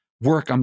work